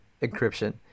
encryption